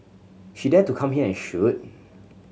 she dare to come here and shoot